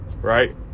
right